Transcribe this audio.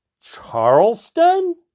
Charleston